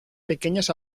pequeñas